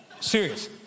Serious